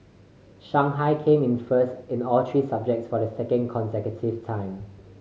Shanghai came in first in all three subjects for the second consecutive time